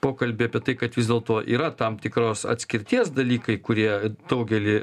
pokalbį apie tai kad vis dėlto yra tam tikros atskirties dalykai kurie daugelį